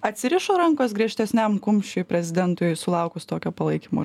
atsirišo rankos griežtesniam kumščiui prezidentui sulaukus tokio palaikymo